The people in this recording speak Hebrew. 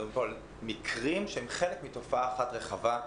מדברים פה על מקרים שהם חלק מתופעה אחת רחבה,